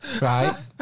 Right